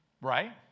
Right